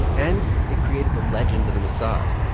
and it created the legend of the mossad,